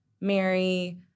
Mary